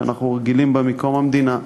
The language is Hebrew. שאנחנו רגילים בה מקום המדינה.